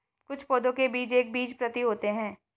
कुछ पौधों के बीज एक बीजपत्री होते है